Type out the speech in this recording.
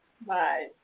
Bye